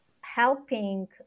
helping